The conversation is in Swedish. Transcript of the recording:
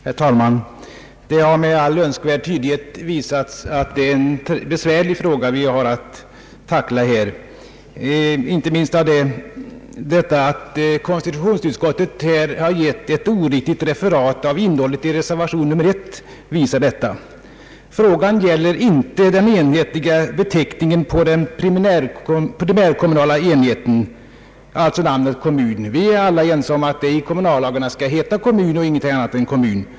Herr talman! Det har med all önskvärd tydlighet visat sig att det är en besvärlig fråga vi har att tackla. Inte minst det förhållandet att konstitutionsutskottets ordförande givit ett oriktigt referat av innehållet i reservation 1 visar detta. Frågan gäller inte den enhetliga beteckningen på den primärkommunala enheten, alltså namnet kommun. Vi är alla ense om att det i kommunallagarna skall heta kommun och ingenting annat än kommun.